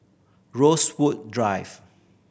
Rosewood Drive